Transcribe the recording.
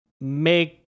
make